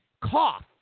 cough